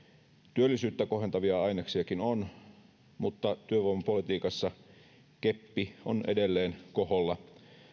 työllisyyttä kohentavia aineksiakin on mutta työvoimapolitiikassa keppi on edelleen koholla